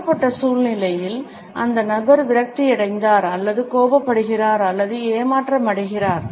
கொடுக்கப்பட்ட சூழ்நிலையில் அந்த நபர் விரக்தியடைந்தார் அல்லது கோபப்படுகிறார் அல்லது ஏமாற்றமடைகிறார்